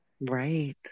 Right